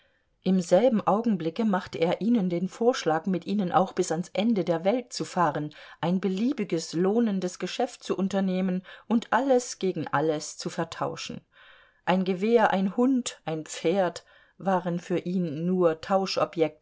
im selben augenblicke machte er ihnen den vorschlag mit ihnen auch bis ans ende der welt zu fahren ein beliebiges lohnendes geschäft zu unternehmen und alles gegen alles zu vertauschen ein gewehr ein hund ein pferd waren für ihn nur